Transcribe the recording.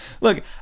Look